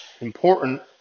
important